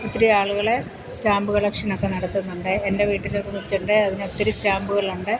ഒത്തിരി ആളുകൾ സ്റ്റാമ്പ് കളക്ഷനൊക്കെ നടത്തുന്നുണ്ട് എൻ്റെ വീട്ടിലൊരു കൊച്ചുണ്ട് അതിനൊത്തിരി സ്റ്റാമ്പുകളുണ്ട്